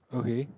okay